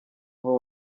aho